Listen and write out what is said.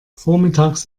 vormittags